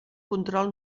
control